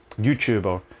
YouTuber